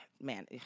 man